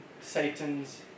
Satan's